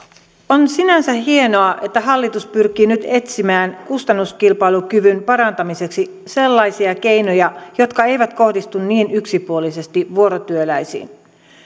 on sinänsä hienoa että hallitus pyrkii nyt etsimään kustannuskilpailukyvyn parantamiseksi sellaisia keinoja jotka eivät kohdistu niin yksipuolisesti vuorotyöläisiin